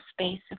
space